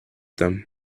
them